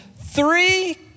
three